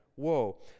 Whoa